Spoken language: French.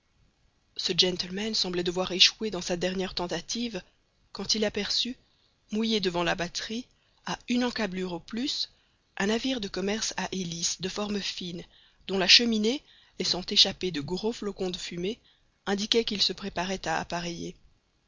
ce gentleman semblait devoir échouer dans sa dernière tentative quand il aperçut mouillé devant la batterie à une encablure au plus un navire de commerce à hélice de formes fines dont la cheminée laissant échapper de gros flocons de fumée indiquait qu'il se préparait à appareiller